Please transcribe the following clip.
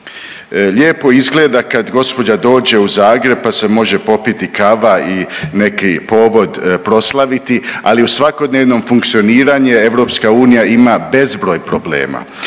Lijepo izgleda kad gospođa dođe u Zagreb pa se može popiti kava i neki povod proslaviti, ali uz svakodnevno funkcioniranje, EU ima bezbroj problema